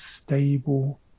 stable